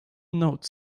note